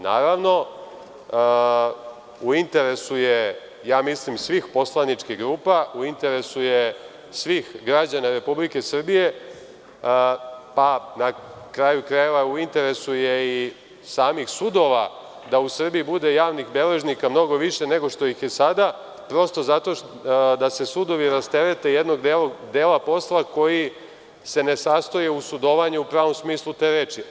Naravno, u interesu je svih poslaničkih grupa, u interesu je svih građana Republike Srbije, na kraju krajeva, u interesu je i samih sudova da u Srbiji bude javnih beležnika mnogo više nego što ih je sada prosto da se sudovi rasterete jednog dela posla koji se ne sastoji u sudovanju u pravom smislu te reči.